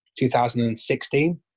2016